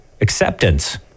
acceptance